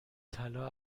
طلا